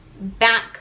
back